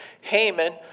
Haman